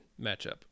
matchup